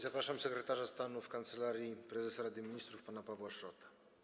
Zapraszam sekretarza stanu w Kancelarii Prezesa Rady Ministrów pana Pawła Szrota.